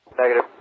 Negative